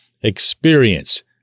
experience